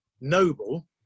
noble